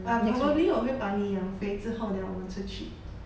but probably 我会把你养肥之后 then 我们出去